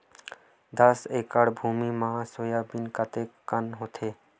दस एकड़ भुमि म सोयाबीन कतका कन होथे?